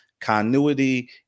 continuity